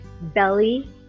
belly